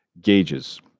gauges